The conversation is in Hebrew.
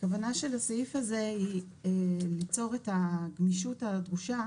הכוונה של הסעיף הזה היא ליצור את הגמישות הדרושה